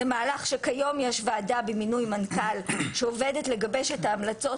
כיום יש ועדה במינוי מנכ"ל שעובדת לגבש את ההמלצות